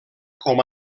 com